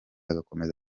agakomeza